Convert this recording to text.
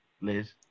liz